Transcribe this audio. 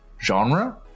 genre